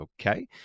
Okay